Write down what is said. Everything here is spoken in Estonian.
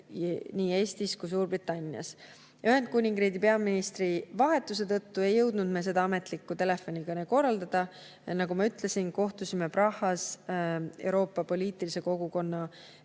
Eesti ja Suurbritannia jaoks. Ühendkuningriigi peaministri vahetuse tõttu ei jõudnud me seda ametlikku telefonikõne korraldada. Nagu ma ütlesin, kohtusime Prahas Euroopa poliitilise kogukonna